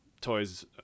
toys